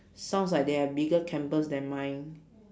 sounds like they have bigger campus than mine